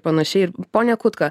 panašiai ir pone kutka